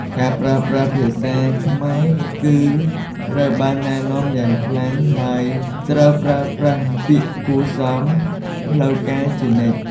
ការប្រើប្រាស់ភាសាខ្មែរគឺត្រូវបានណែនាំយ៉ាងខ្លាំង ហើយត្រូវប្រើប្រាស់ពាក្យគួរសមផ្លូវការជានិច្ច។